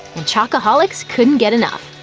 and chocoholics couldn't get enough.